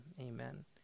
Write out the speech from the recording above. amen